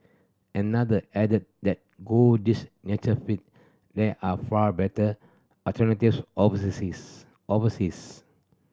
another added that go his nature fix there are far better alternatives overseas